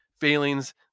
failings